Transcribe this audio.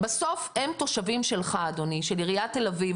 בסוף הם תושבים שלך אדוני, של עירית תל אביב.